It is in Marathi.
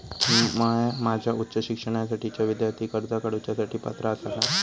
म्या माझ्या उच्च शिक्षणासाठीच्या विद्यार्थी कर्जा काडुच्या साठी पात्र आसा का?